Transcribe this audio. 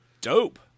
dope